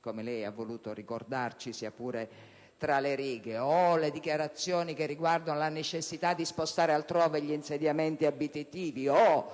come lei ha voluto ricordarci, sia pure tra le righe), le dichiarazioni che riguardano la necessità di spostare altrove gli insediamenti abitativi o